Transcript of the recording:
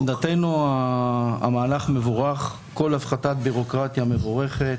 עמדתנו שהמהלך מבורך, כל הפחתת ביורוקרטיה מבורכת,